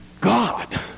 God